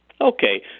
Okay